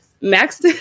max